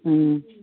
ꯎꯝ